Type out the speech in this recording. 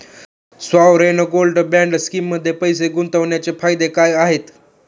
Sovereign gold bond स्कीममध्ये पैसे गुंतवण्याचे फायदे काय आहेत?